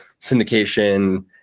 syndication